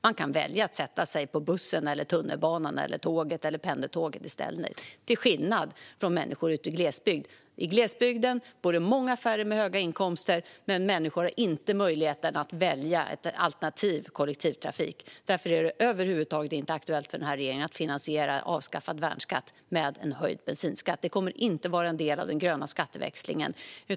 Man kan välja att sätta sig på bussen, tunnelbanan, tåget eller pendeltåget - till skillnad från människor ute i glesbygden. I glesbygden bor färre med höga inkomster, men människorna har inte möjlighet att välja alternativ i form av kollektivtrafik. Därför är det över huvud taget inte aktuellt för regeringen att finansiera avskaffad värnskatt med en höjd bensinskatt. Det kommer inte att vara en del av den gröna skatteväxlingen.